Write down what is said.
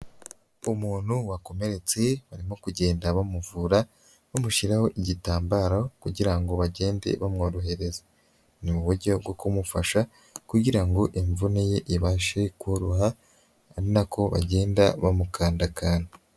Umuntu wakomeretse barimo kugenda bamuvura bamushyiraho igitambaro kugira ngo bagende bamworohereza, ni mu buryo bwo kumufasha kugira imvune ye ibashe koroha ari nako bagenda bamukanda akantu.